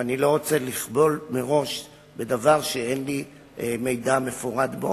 ואני לא רוצה לכבול מראש בדבר שאין לי מידע מפורט בו.